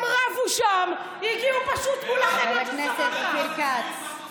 הם רבו שם, הגיעו פשוט מול החניון של סורוקה.